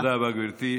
תודה רבה, גברתי.